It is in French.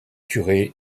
curé